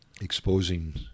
exposing